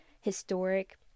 historic